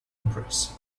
impress